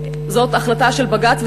זאת החלטה של בג"ץ,